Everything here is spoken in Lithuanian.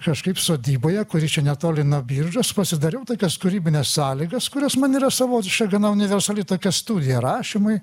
kažkaip sodyboje kuri čia netoli nuo biržos pasidariau tokias kūrybines sąlygas kurios man yra savotiška gana universali tokia studija rašymui